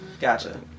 Gotcha